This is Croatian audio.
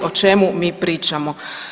O čemu mi pričamo?